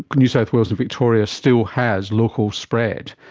new south wales and victoria still has local spread.